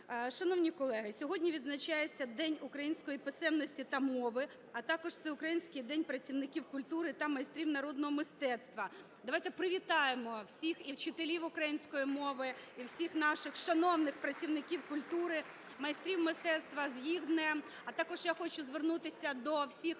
Шановні колеги, сьогодні відзначається День української писемності та мови, а також Всеукраїнський день працівників культури та майстрів народного мистецтва. Давайте привітаємо всіх: і вчителів української мови, і всіх наших шановних працівників культури, майстрів мистецтва з їх днем. (Оплески) А також я хочу звернутися до всіх